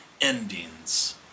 endings